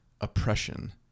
oppression